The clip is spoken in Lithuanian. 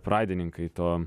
pradininkai to